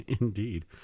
Indeed